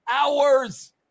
hours